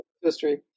history